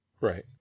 Right